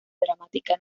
dramática